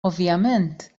ovvjament